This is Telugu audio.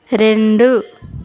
రెండు